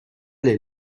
les